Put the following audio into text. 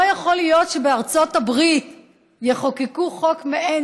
לא יכול להיות שבארצות הברית יחוקקו חוק מעין